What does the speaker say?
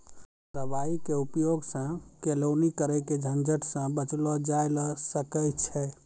दवाई के उपयोग सॅ केलौनी करे के झंझट सॅ बचलो जाय ल सकै छै